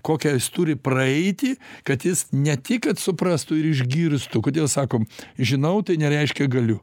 kokią jis turi praeiti kad jis ne tik kad suprastų ir išgirstų kodėl sakom žinau tai nereiškia galiu